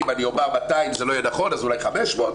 אם אומר 200 זה לא יהיה נכון אז אולי 500,